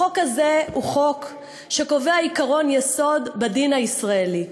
החוק הזה הוא חוק שקובע עקרון יסוד בדין הישראלי.